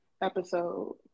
episode